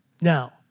Now